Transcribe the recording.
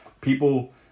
people